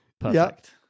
Perfect